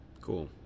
Cool